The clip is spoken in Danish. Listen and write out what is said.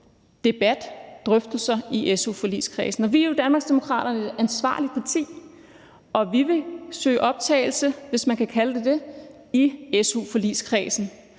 debat, drøftelser i su-forligskredsen. Vi er jo i Danmarksdemokraterne et ansvarligt parti, og vi vil søge optagelse, hvis man kan kalde det, i su-forligskredsen,